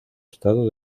estado